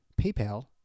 PayPal